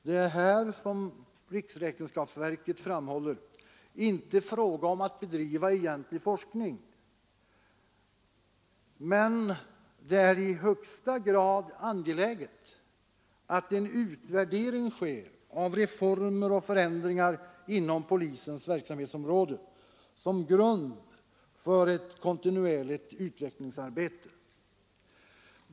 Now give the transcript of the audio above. Det är här, som riksräkenskapsverket framhåller, inte fråga om att bedriva egentlig forskning men det är i högsta grad angeläget att en utvärdering sker av reformer och förändringar inom polisens verksamhetsområde som grund för ett kontinuerligt utvecklingsarbete.